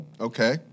Okay